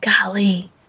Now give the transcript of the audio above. Golly